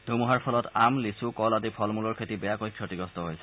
ধুমুহাৰ ফলত আম লিচু কল আদিৰ ফলমূলৰ খেতি বেয়াকৈ ক্ষতিগ্ৰস্ত হৈছে